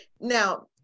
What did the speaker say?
Now